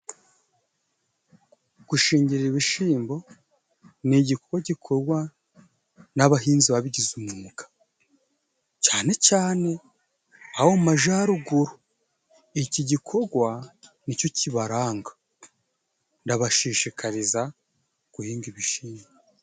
Gushingirira ibishyimbo ni igikogwa gikogwa n'abahinzi babigize umwuga. Cyane cyane abo majaruguru. Iki gikogwa ni co cibaranga. Ndabashishikariza guhinga ibishimbo.